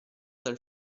dal